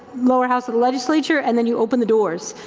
lower house of legislature, and then you open the doors,